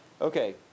Okay